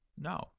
No